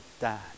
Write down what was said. dad